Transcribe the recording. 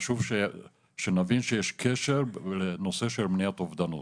חשוב שנבין שיש כשל לנושא של מניעת אובדנות.